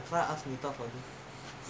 can ah you think the father will help